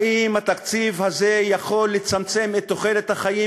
האם התקציב הזה יכול לצמצם את הפער בתוחלת החיים